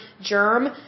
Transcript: germ